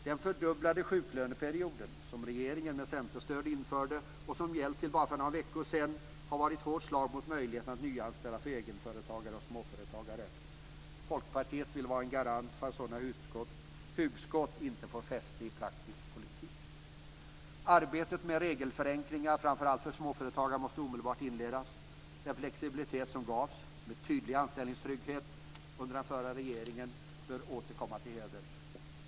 Den fördubblade sjuklöneperioden som regeringen införde med centerstöd och som har gällt till för bara några veckor sedan har varit ett hårt slag mot möjligheterna att nyanställa för egenföretagare och småföretagare. Folkpartiet vill vara en garant för att ett sådant hugskott inte får fäste i praktisk politik. Arbetet med regelförenklingar, framför allt för småföretagare, måste omedelbart inledas. Den flexibilitet som gavs - med tydlig anställningstrygghet - under den förra regeringen bör åter komma till heders.